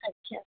ਅੱਛਾ